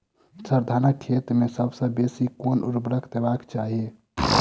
sir, धानक खेत मे सबसँ बेसी केँ ऊर्वरक देबाक चाहि